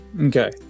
okay